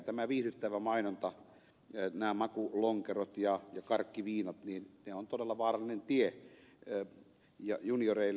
tämä viihdyttävä mainonta nämä makulonkerot ja karkkiviinat ovat todella vaarallinen tie junioreille